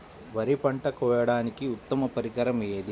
వరి పంట కోయడానికి ఉత్తమ పరికరం ఏది?